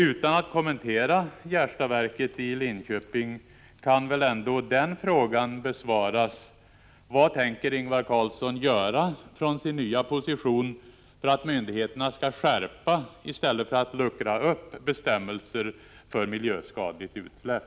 Utan att kommentera Gärstadsverket i Linköping kan väl ändå denna fråga besvaras: Vad tänker Ingvar Carlsson göra från sin nya position för att myndigheterna skall skärpa i stället för att luckra upp bestämmelser för miljöskadligt utsläpp?